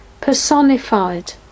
personified